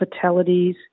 fatalities